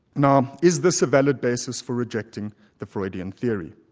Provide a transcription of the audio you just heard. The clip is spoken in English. now is this a valid basis for rejecting the freudian theory?